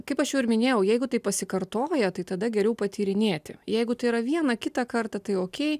kaip aš jau ir minėjau jeigu tai pasikartoja tai tada geriau patyrinėti jeigu tai yra viena kitą kartą tai okei